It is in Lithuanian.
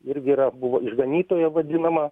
irgi yra buvo išganytojo vadinama